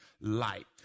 light